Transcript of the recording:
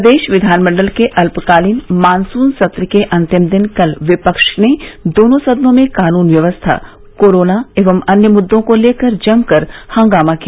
प्रदेश विधानमंडल के अल्पकालीन मानसुन सत्र के अंतिम दिन कल विपक्ष ने दोनों सदनों में कानून व्यवस्था कोरोना एवं अन्य मुददों को लेकर जमकर हंगामा किया